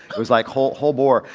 it was like whole whole boar.